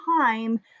time